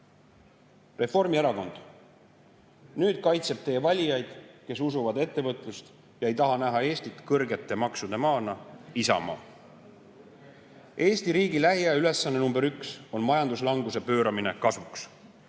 Reformierakond, nüüd kaitseb teie valijaid, kes usuvad ettevõtlust ja ei taha näha Eestit kõrgete maksude maana, Isamaa. Eesti riigi lähiaja ülesanne number üks on majanduslanguse pööramine kasvuks